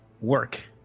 work